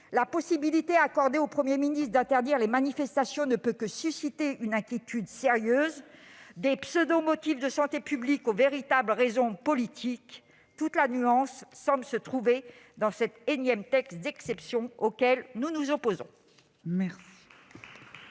la possibilité accordée au Premier ministre d'interdire les manifestations ne peut que susciter une inquiétude sérieuse. Des pseudo-motifs de santé publique aux véritables raisons politiques, toute la nuance semble se trouver dans ce énième texte d'exception, auquel nous nous opposons.